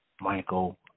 Michael